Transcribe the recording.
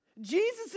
Jesus